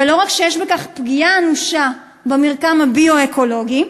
ולא רק שיש בזה פגיעה אנושה במרקם הביו-אקולוגי,